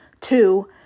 two